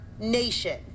nation